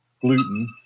gluten